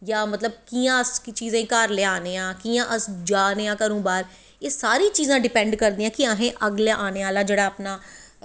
जां मतलव कियां अस चीज़ें गी घर लेआ ने आं कियां अस जा ने आं घरों बाह्र एह् सारियां चीज़ां डिपैंट करदियां कि असैं अग्गैं अनें आह्ला